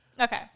Okay